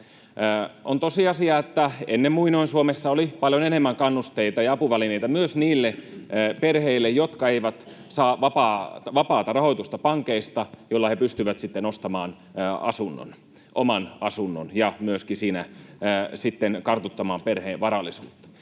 On tosiasia, että ennen muinoin Suomessa oli paljon enemmän kannusteita ja apuvälineitä myös niille perheille, jotka eivät saa vapaata rahoitusta pankeista, ja niillä he pystyivät sitten ostamaan oman asunnon ja myöskin siinä sitten kartuttamaan perheen varallisuutta.